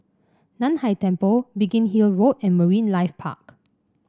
Nan Hai Temple Biggin Hill Road and Marine Life Park